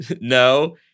No